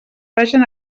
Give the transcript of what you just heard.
vagin